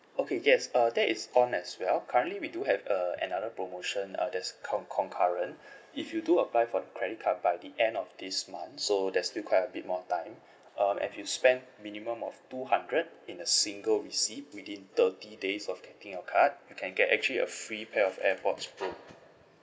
okay yes uh that is on as well currently we do have a another promotion uh that's con~ concurrent if you do apply for the credit card by the end of this month so there's still quite a bit more time um if you spend minimum of two hundred in a single receipt within thirty days of getting your card you can get actually a free pair of airpods pro